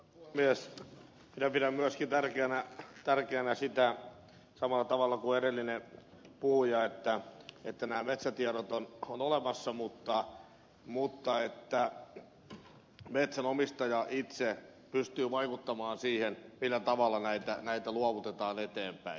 minä pidän myöskin tärkeänä sitä samalla tavalla kuin edellinen puhuja että nämä metsätiedot ovat olemassa mutta on tärkeää että metsänomistaja itse pystyy vaikuttamaan siihen millä tavalla näitä luovutetaan eteenpäin